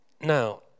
Now